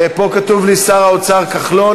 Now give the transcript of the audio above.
פה כתוב לי שר האוצר כחלון,